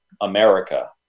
America